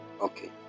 okay